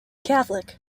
catholic